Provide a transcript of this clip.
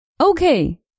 Okay